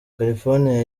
california